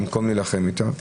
במוקם להילחם איתה.